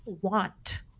want